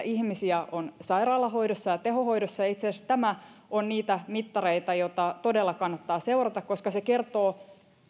ihmisiä on sairaalahoidossa ja tehohoidossa ja itse asiassa tämä on niitä mittareita joita todella kannattaa seurata koska se miten meillä sairaalassa olevien ihmisten määrä kehittyy kertoo